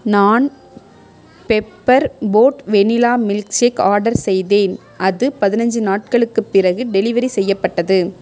நான் பெப்பர் போட் vanilla milkshake order செய்தேன் அது பதினஞ்சு நாட்களுக்குப் பிறகு டெலிவரி செய்யப்பட்டது